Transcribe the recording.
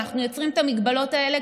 אנחנו יוצרים את ההגבלות האלה,